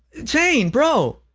shane, bro,